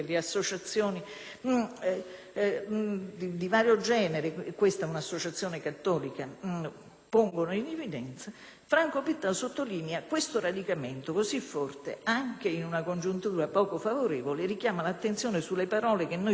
pongono in evidenza), Franco Pittau sottolinea: "Questo radicamento, così forte anche in una congiuntura poco favorevole, richiama l'attenzione sulle parole che noi solitamente utilizziamo ("straniero" e "extracomunitario") e porta a concludere che le stesse iniziano ad apparire desuete